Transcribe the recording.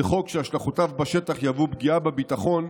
זה חוק שהשלכותיו בשטח יהוו פגיעה בביטחון,